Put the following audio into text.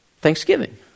Thanksgiving